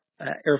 Air